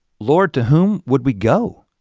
lord to whom would we go?